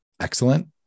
excellent